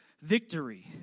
victory